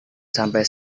sampai